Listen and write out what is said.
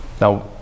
Now